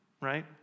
right